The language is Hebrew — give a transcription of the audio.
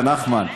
נחמן.